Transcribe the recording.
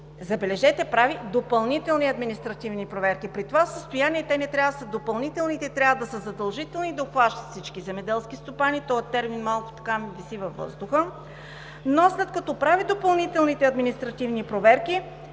забележете, прави допълнителни административни проверки! При това състояние те не трябва да са допълнителни, а да са задължителни и да обхващат всички земеделски стопани. Този термин малко виси във въздуха. След като прави допълнителните административни проверки,